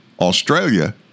Australia